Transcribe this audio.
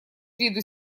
виду